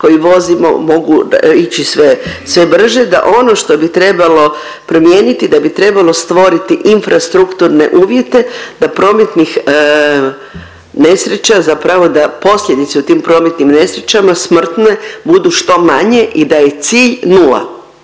koje vozimo mogu ići sve brže da ono što bi trebalo promijeniti da bi trebalo stvoriti infrastrukturne uvjete da prometnih nesreća zapravo da posljedice u tim prometnim nesrećama smrtne budu što manje i da je cilj nula.